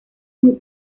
muy